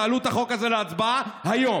תעלו את החוק הזה להצבעה היום.